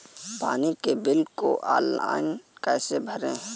पानी के बिल को ऑनलाइन कैसे भरें?